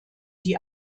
die